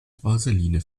vaseline